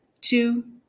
two